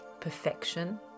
Perfection